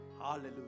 Hallelujah